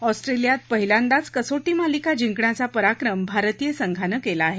ऑस्ट्रेलियात पहिल्यांदाच कसोटी मालिका जिंकण्याचा पराक्रम भारतीय संघानं केला आहे